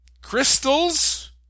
crystals